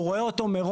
הוא רואה מראש,